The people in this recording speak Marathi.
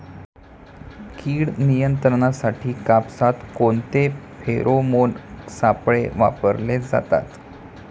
कीड नियंत्रणासाठी कापसात कोणते फेरोमोन सापळे वापरले जातात?